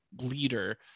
leader